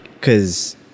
Cause